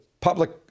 public